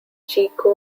chico